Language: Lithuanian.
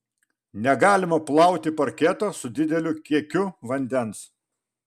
negalima plauti parketo su dideliu kiekiu vandens